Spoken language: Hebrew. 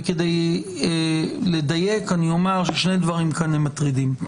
וכדי לדייק, אני אומר ששני דברים כאן הם מטרידים: